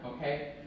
Okay